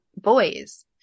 boys